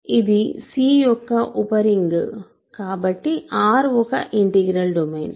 ఇది C యొక్క ఉప రింగ్ కాబట్టి R ఒక ఇంటిగ్రల్ డొమైన్